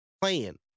Playing